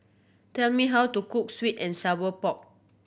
tell me how to cook sweet and sour pork